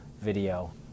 video